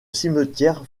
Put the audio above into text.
cimetière